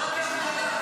לא בהכללה.